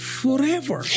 forever